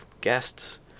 guests